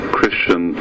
Christian